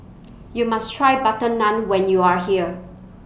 YOU must Try Butter Naan when YOU Are here